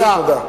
תודה.